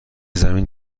زمین